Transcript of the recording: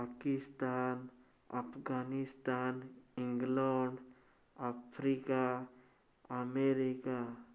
Pakistan Afghanistan England Africa America